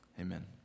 amen